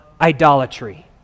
idolatry